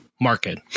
market